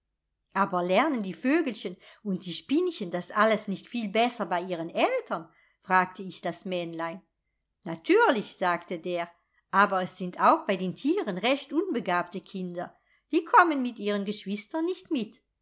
aber lernen die vögelchen und die spinnchen das alles nicht viel besser bei ihren eltern fragte ich das männlein natürlich sagte der aber es sind auch bei den tieren recht unbegabte kinder die kommen mit ihren geschwistern nicht mit